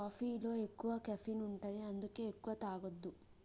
కాఫీలో ఎక్కువ కెఫీన్ ఉంటది అందుకే ఎక్కువ తాగొద్దు